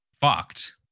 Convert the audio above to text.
fucked